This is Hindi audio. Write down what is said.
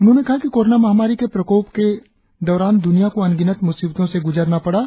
उन्होंने कहा कि कोरोना महामारी के प्रकोप के दौरान दुनिया को अनगिनत मुसीबतों से गुजरना पड़ा